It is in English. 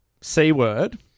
C-word